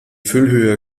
füllhöhe